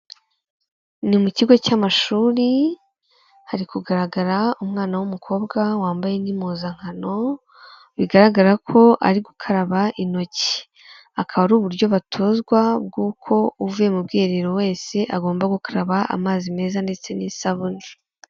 Ni mu kigo cy'amashuri, hari kugaragara umwana w'umukobwa wambaye n'impuzankano, bigaragara ko ari gukaraba intoki. Akaba ari uburyo batozwa bw'uko uvuye mu bwiherero wese agomba gukaraba amazi meza ndetse n'isabune.